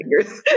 fingers